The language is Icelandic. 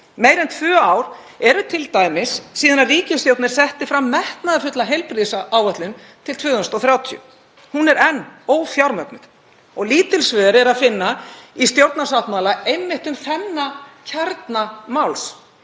Meira en tvö ár eru t.d. síðan ríkisstjórnin setti fram metnaðarfulla heilbrigðisáætlun til 2030. Hún er enn ófjármögnuð og lítil svör er að finna í stjórnarsáttmála einmitt um þennan kjarna máls.